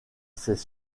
ses